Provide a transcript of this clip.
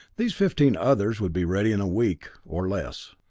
these fifteen others would be ready in a week or less.